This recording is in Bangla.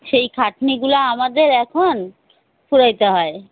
সেই খাটনিগুলো আমাদের এখন সইতে হয়